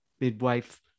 midwife